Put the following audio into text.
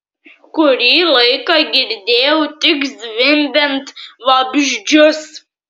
kurį laiką girdėjau tik zvimbiant vabzdžius